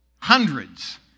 Hundreds